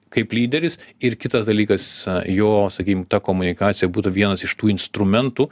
kaip lyderis ir kitas dalykas jo sakykim ta komunikacija būtų vienas iš tų instrumentų